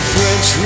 French